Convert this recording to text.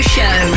Show